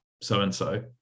so-and-so